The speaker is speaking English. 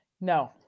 no